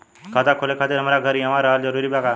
खाता खोले खातिर हमार घर इहवा रहल जरूरी बा का?